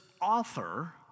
author